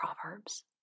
Proverbs